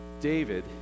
David